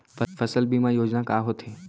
फसल बीमा योजना का होथे?